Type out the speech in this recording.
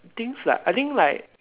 things like I think like